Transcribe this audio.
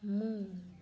ମୁଁ